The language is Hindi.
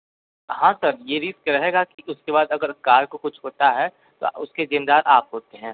हाँ सर ये रिस्क रहेगा कि उसके बाद अगर कार को कुछ होता है तो उसके ज़िम्मेदार आप होते हैं